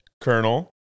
Colonel